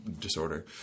disorder